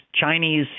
Chinese